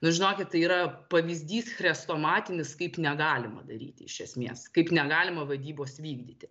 nu žinokit tai yra pavyzdys chrestomatinis kaip negalima daryti iš esmės kaip negalima vadybos vykdyti